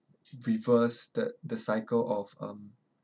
reverse the the cycle of um